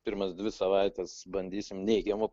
pirmas dvi savaites bandysim neigiamų